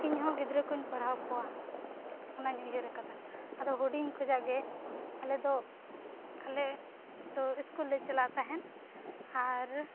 ᱤᱧᱦᱚᱸ ᱜᱤᱫᱽᱨᱟᱹᱠᱚᱧ ᱯᱟᱲᱦᱟᱣ ᱠᱚᱣᱟ ᱚᱱᱟᱧ ᱩᱭᱦᱟᱹᱨ ᱟᱠᱟᱫᱟ ᱟᱫᱚ ᱦᱩᱰᱤᱧ ᱠᱷᱚᱱᱟᱜ ᱜᱮ ᱟᱞᱮᱫᱚ ᱟᱞᱮᱫᱚ ᱥᱠᱩᱞ ᱞᱮ ᱪᱟᱞᱟᱣ ᱛᱟᱦᱮᱱ ᱟᱨ